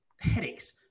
headaches